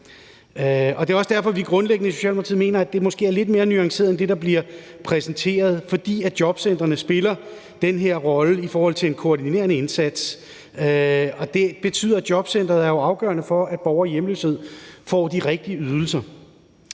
det er også derfor, vi i Socialdemokratiet grundlæggende mener, at det måske er lidt mere nuanceret end det, der bliver præsenteret. For jobcentrene spiller den her rolle i forhold til en koordinerende indsats, og det betyder jo, at jobcenteret er afgørende for, at borgere i hjemløshed får de rigtige ydelser.